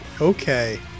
Okay